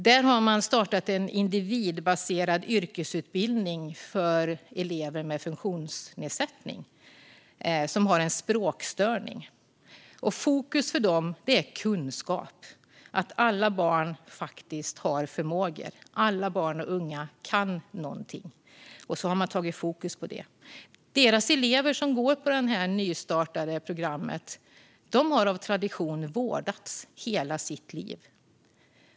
Där har man startat en individbaserad yrkesutbildning för elever med funktionsnedsättning och en språkstörning. Fokus är kunskap, att alla barn och unga faktiskt har förmågor och att alla barn och unga kan någonting. Eleverna på detta nystartade program har av tradition vårdats hela sitt liv.